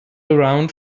around